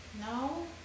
no